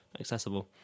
Accessible